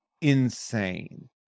insane